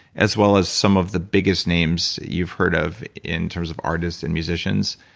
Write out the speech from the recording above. as well as some of the biggest names you've heard of in terms of artists and musicians.